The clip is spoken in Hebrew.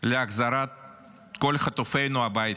להחזרת כל חטופינו הביתה,